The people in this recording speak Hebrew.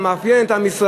גם מאפיין את עם ישראל.